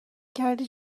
کردی